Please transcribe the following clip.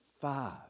five